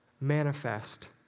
manifest